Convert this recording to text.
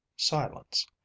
silence